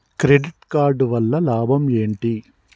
Credit card వల్ల లాభం ఏంటి?